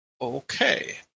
Okay